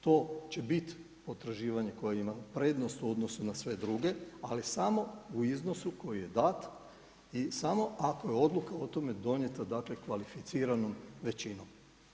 To će bit potraživanje koje ima prednost u odnosu na sve druge, ali samo u iznosu koji je dat i samo ako je odluka o tome donijeta, dakle kvalificiranom većinom.